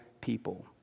people